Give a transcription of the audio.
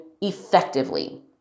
effectively